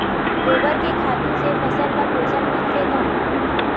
गोबर के खातु से फसल ल पोषण मिलथे का?